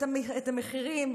את המחירים,